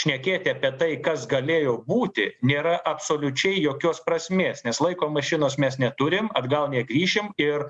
šnekėti apie tai kas galėjo būti nėra absoliučiai jokios prasmės nes laiko mašinos mes neturim atgal negrįšim ir